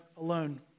alone